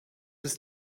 ist